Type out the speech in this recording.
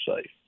safe